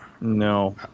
No